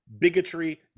bigotry